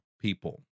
people